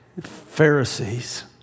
Pharisees